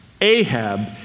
Ahab